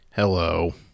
Hello